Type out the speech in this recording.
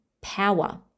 power